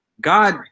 God